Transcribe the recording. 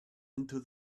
into